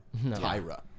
Tyra